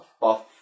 buff